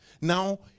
Now